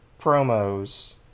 promos